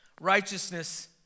righteousness